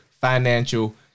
financial